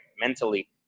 mentally